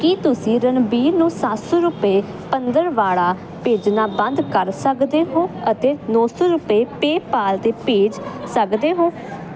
ਕੀ ਤੁਸੀਂ ਰਨਬੀਰ ਨੂੰ ਸੱਤ ਸੋ ਰੁਪਏ ਪੰਦਰਵਾੜਾ ਭੇਜਣਾ ਬੰਦ ਕਰ ਸਕਦੇ ਹੋ ਅਤੇ ਨੌਂ ਸੋ ਰੁਪਏ ਪੇਪਾਲ 'ਤੇ ਭੇਜ ਸਕਦੇ ਹੋ